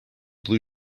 blue